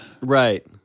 Right